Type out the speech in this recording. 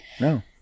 No